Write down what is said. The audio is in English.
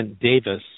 Davis